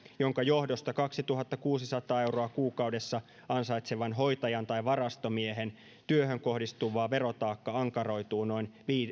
jonka johdosta kaksituhattakuusisataa euroa kuukaudessa ansaitsevan hoitajan tai varastomiehen työhön kohdistuva verotaakka ankaroituu noin